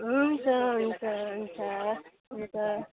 हुन्छ हुन्छ हुन्छ हुन्छ